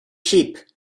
sheep